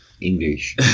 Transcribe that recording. English